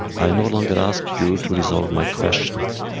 i no longer ask you to resolve my questions,